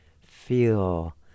feel